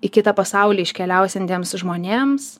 į kitą pasaulį iškeliausiantiems žmonėms